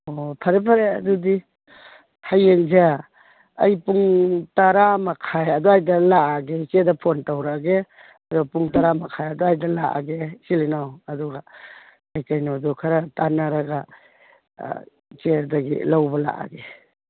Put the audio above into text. ꯑꯣ ꯐꯔꯦ ꯐꯔꯦ ꯑꯗꯨꯗꯤ ꯍꯌꯦꯡꯁꯦ ꯑꯩ ꯄꯨꯡ ꯇꯔꯥꯃꯈꯥꯏ ꯑꯗꯨꯋꯥꯏꯗ ꯂꯥꯛꯑꯒꯦ ꯏꯆꯦꯗ ꯐꯣꯟ ꯇꯧꯔꯛꯑꯒꯦ ꯑꯗꯨꯒ ꯄꯨꯡ ꯇꯔꯥꯃꯈꯥꯏ ꯑꯗꯨꯋꯥꯏꯗ ꯂꯥꯛꯑꯒꯦ ꯏꯆꯤꯜ ꯏꯅꯥꯎ ꯑꯗꯨꯒ ꯀꯩꯀꯩꯅꯣꯗꯣ ꯈꯔ ꯇꯥꯅꯔꯒ ꯏꯆꯦꯗꯒꯤ ꯂꯧꯕ ꯂꯥꯛꯑꯒꯦ